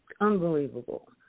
Unbelievable